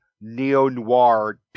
neo-noir